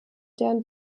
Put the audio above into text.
deren